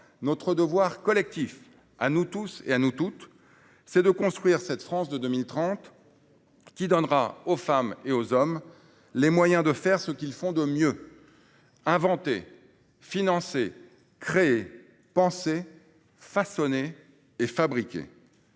Notre devoir collectif à toutes et à tous, c'est de construire cette France de 2030 qui donnera à chacun les moyens de faire ce qu'il fait de mieux : inventer, financer, créer, penser, façonner, fabriquer,